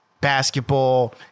Basketball